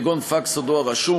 כגון פקס או דואר רשום.